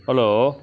hello